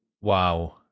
Wow